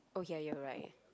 oh ya you're right